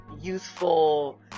youthful